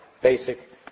basic